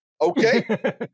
Okay